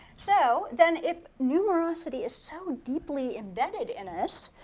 so then if numerosity is so deeply embedded in us,